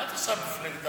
מה את עושה במפלגת העבודה?